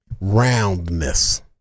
Roundness